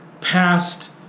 past